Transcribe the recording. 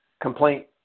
complaint